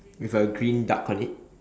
with a green duck on it